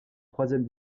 troisième